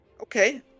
Okay